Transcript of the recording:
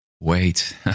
Wait